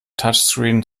touchscreen